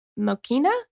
Mokina